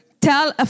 tell